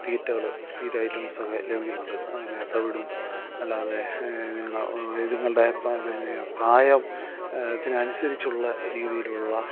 തീറ്റകൾ തീറ്റ ഐറ്റംസൊക്കെ ലഭിക്കുന്നുണ്ട് പിന്നെ തവിടും അല്ലാതെ ഇതുങ്ങളുടെ പിന്നെ പ്രായത്തിന് അനുസരിച്ചുള്ള രീതിയിലുള്ള